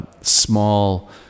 small